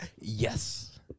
yes